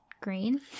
green